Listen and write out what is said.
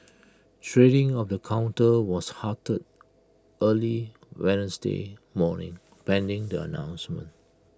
trading of the counter was halted early Wednesday morning pending the announcement